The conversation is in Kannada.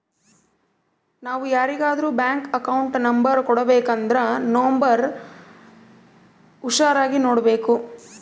ನಾವು ಯಾರಿಗಾದ್ರೂ ಬ್ಯಾಂಕ್ ಅಕೌಂಟ್ ನಂಬರ್ ಕೊಡಬೇಕಂದ್ರ ನೋಂಬರ್ನ ಹುಷಾರಾಗಿ ನೋಡ್ಬೇಕು